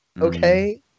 okay